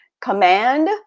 command